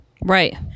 Right